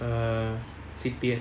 err C_P_F